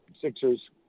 Sixers